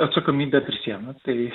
atsakomybę prisiima tai